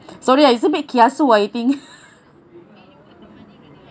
sorry it's a bit kiasu you think